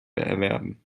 erwerben